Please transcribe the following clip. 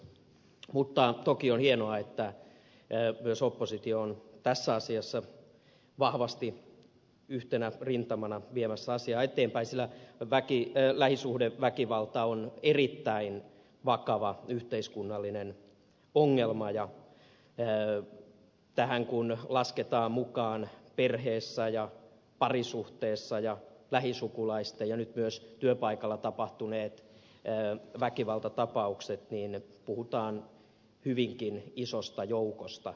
mutta toki on hienoa että myös oppositio on tässä asiassa vahvasti yhtenä rintamana viemässä asiaa eteenpäin sillä lähisuhdeväkivalta on erittäin vakava yhteiskunnallinen ongelma ja tähän kun lasketaan mukaan perheessä ja parisuhteessa ja lähisukulaisten kesken ja nyt myös työpaikalla tapahtuneet väkivaltatapaukset puhutaan hyvinkin isosta joukosta